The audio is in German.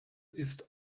ist